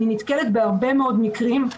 אני נתקלת בהרבה מאוד מקרים,